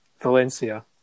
Valencia